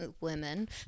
Women